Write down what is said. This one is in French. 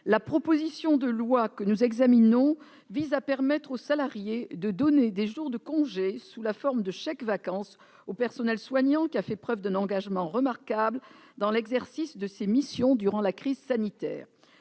la proposition de loi que nous examinons vise à permettre aux salariés de donner des jours de congé, sous la forme de chèques-vacances, au personnel soignant qui a fait preuve d'un engagement remarquable dans l'exercice de ses missions durant la crise sanitaire.